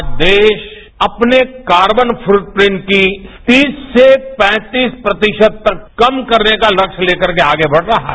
आज देश अपने कार्बन छूटप्रिंट की तीस से पैंतीस प्रतिशत तक कम करने का तस्य तेकर के आगे बढ़ रहा है